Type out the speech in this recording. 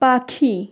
পাখি